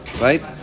Right